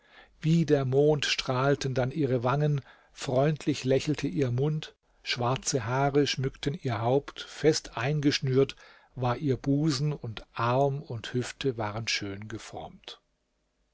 wie der mond strahlten dann ihre wangen freundlich lächelte ihr mund schwarze haare schmückten ihr haupt fest eingeschnürt war ihr busen und arm und hüfte waren schön geformt